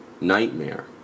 nightmare